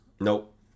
Nope